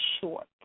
short